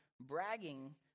bragging